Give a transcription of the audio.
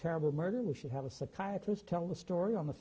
terrible murder we should have a psychiatrist tell the story on the